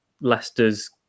Leicester's